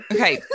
Okay